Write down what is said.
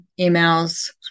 emails